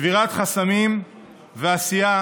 בשבירת חסמים ועשייה